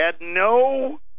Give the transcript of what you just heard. no